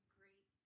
great